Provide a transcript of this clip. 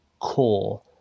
core